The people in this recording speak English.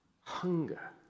hunger